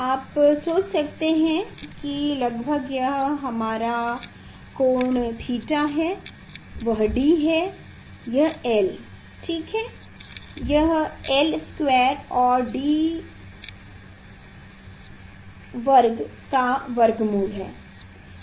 आप सोच सकते हैं कि लगभग यह हमारा कोण थीटा है यह D है यह l ठीक है यह l स्क्वायर और d वर्ग का वर्गमूल है